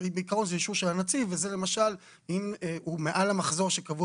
בעיקרון זה אישור של הנציב ואם הוא מעל המחזור שקבעו